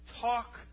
talk